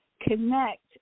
connect